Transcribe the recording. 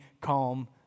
calm